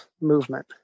movement